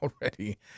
already